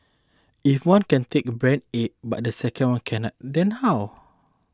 if one can take brand A but the second one cannot then how